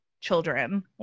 children